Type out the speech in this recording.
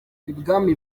ibwami